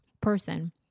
person